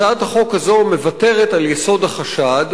הצעת החוק הזו מוותרת על יסוד החשד,